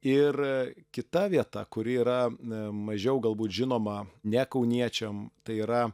ir kita vieta kuri yra mažiau galbūt žinoma ne kauniečiam tai yra